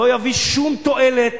זה לא יביא שום תועלת.